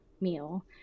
meal